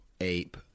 ape